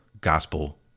gospel